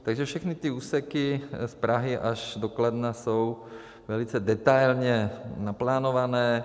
Takže všechny ty úseky z Prahy až do Kladna jsou velice detailně naplánované.